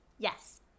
yes